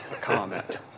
comment